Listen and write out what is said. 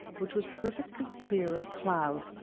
which was perfectly clear of cloud,